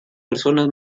personas